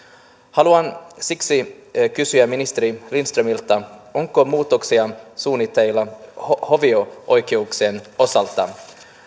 haluan siksi kysyä ministeri lindströmiltä onko muutoksia suunnitteilla hovioikeuksien osalta